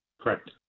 Correct